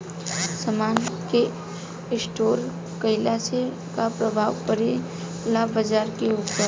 समान के स्टोर काइला से का प्रभाव परे ला बाजार के ऊपर?